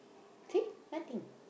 see nothing